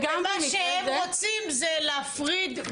הם רוצים להפריד.